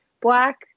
black